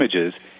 Images